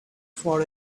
for